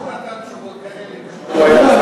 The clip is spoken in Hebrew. גם הוא נתן תשובות כאלה כשהוא היה,